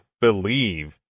believe